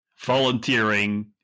volunteering